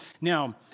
now